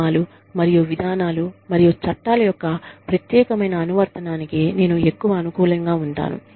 నియమాలు మరియు విధానాలు మరియు చట్టాల యొక్క ప్రత్యేకమైన అనువర్తనానికి నేను ఎక్కువ అనుకూలంగా ఉంటాను